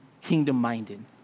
kingdom-minded